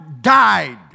died